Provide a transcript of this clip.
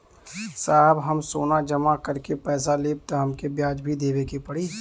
साहब हम सोना जमा करके पैसा लेब त हमके ब्याज भी देवे के पड़ी?